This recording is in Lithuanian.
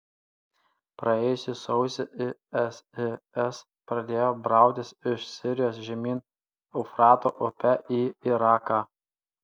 praėjusį sausį isis pradėjo brautis iš sirijos žemyn eufrato upe į iraką